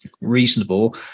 reasonable